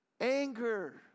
anger